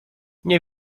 nie